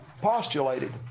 postulated